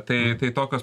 tai tai tokios